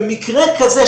במקרה כזה,